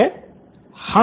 student 1 हाँ